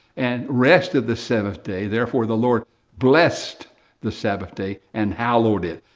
and rested the seventh day. therefore the lord blessed the sabbath day and hallowed it.